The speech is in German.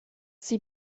sie